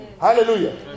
Hallelujah